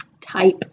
type